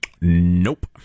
Nope